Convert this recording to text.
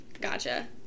Gotcha